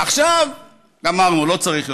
עכשיו, גמרנו, לא צריך יותר.